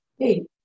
hey